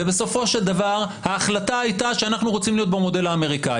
ובסופו של דבר ההחלטה הייתה שאנחנו רוצים להיות במודל האמריקני